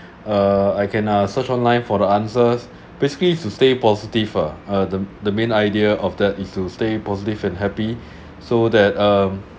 uh I can uh search online for the answers basically to stay positive uh the the main idea of that if you stay positive and happy so that um